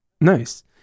Nice